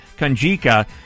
Kanjika